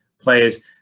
players